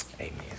Amen